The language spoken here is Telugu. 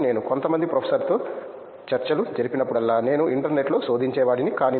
కాబట్టి నేను కొంతమంది ప్రొఫెసర్తో చర్చలు జరిపినప్పుడల్లా నేను ఇంటర్నెట్లో శోధించేవాడిని